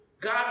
God